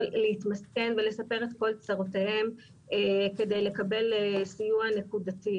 להתמסכן ולספר את כל צרותיהם כדי לקבל סיוע נקודתי,